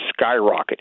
skyrocketing